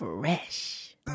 Fresh